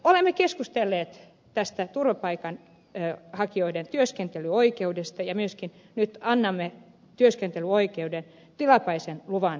olemme keskustelleet tästä turvapaikanhakijoiden työskentelyoikeudesta ja myöskin nyt annamme työskentelyoikeuden tilapäisen luvan saajille